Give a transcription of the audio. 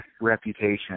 reputation